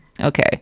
Okay